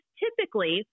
typically